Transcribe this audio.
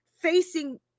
facing